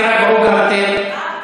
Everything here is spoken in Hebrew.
תירגעו גם אתם.